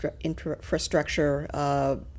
infrastructure –